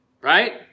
right